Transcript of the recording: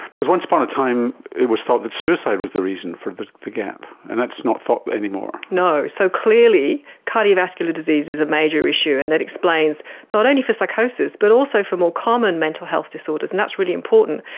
because once upon a time it was thought that suicide was the reason for the the gap, and that's not thought any more. no. so, clearly cardiovascular disease is a major issue, and that explains not only for psychosis but also for more common mental health disorders, and that's really important.